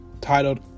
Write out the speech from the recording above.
titled